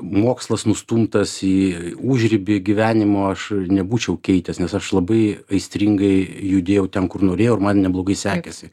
mokslas nustumtas į užribį gyvenimo aš nebūčiau keitęs nes aš labai aistringai judėjau ten kur norėjau ir man neblogai sekėsi